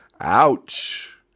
Ouch